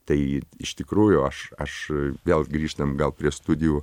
tai iš tikrųjų aš aš vėl gal grįžtam gal prie studijų